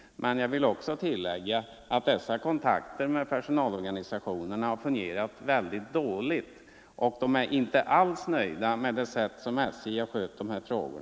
Men jag vill tillägga att de kontakterna har fungerat mycket dåligt och att man i personalorganisationerna inte alls är nöjd med det sätt på vilket SJ har skött dessa frågor.